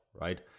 Right